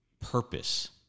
purpose